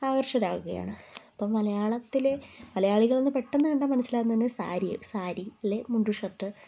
ആകർഷകരാകുകയാണ് അപ്പം മലയാളത്തിൽ മലയാളികളെന്ന് പെട്ടെന്ന് കണ്ടാൽ മനസ്സിലാകുന്നത് സാരി സാരി അല്ലെങ്കിൽ മുണ്ടും ഷർട്ട്